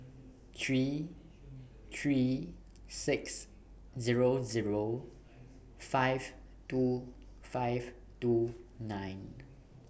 three three six Zero Zero five two five two nine